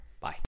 bye